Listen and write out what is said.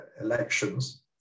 elections